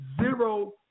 zero